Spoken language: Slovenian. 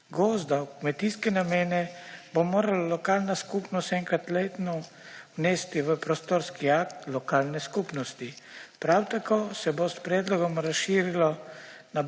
gozda v kmetijske namene bo morala lokalna skupnost enkrat letno vnesti v prostorski akt lokalne skupnosti. Prav tako se bo s predlogom razširil